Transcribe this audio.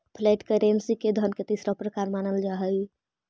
flat currency के धन के तीसरा प्रकार मानल जा हई